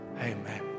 Amen